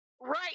right